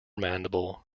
mandible